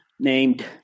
named